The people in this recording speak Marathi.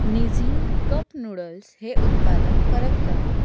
निझीन कप नूडल्स हे उत्पादन परत करा